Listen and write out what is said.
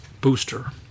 booster